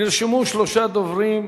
נרשמו שלושה דוברים,